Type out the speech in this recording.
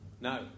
No